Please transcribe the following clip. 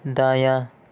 دایاں